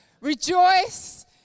Rejoice